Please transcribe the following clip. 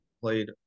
played